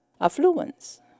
affluence